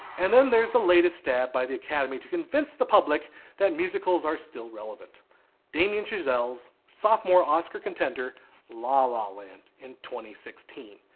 and then there's the latest stab by the academy to convince the public that musicals are still relevant damien chazelle's sophomore oscar contender la la land in sixteen.